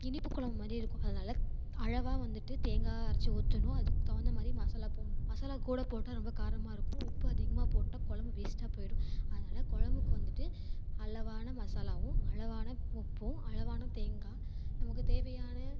இனிப்பு கொழம்பு மாதிரி இருக்கும் அதனால அளவா வந்துட்டு தேங்காய் அரைத்து ஊற்றணும் அதுக்கு தகுந்த மாதிரி மசாலா போடணும் மசாலா கூட போட்டால் ரொம்ப காரமாக இருக்கும் உப்பு அதிகமாக போட்டால் குழம்பு வேஸ்ட்டாக போயிடும் அதனால குழம்புக்கு வந்துட்டு அளவான மசாலாவும் அளவான உப்பும் அளவான தேங்காய் நமக்கு தேவையான